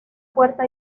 puerta